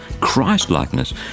Christ-likeness